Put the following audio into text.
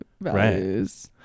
values